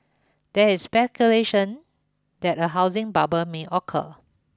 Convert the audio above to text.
there is speculation that a housing bubble may occur